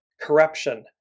corruption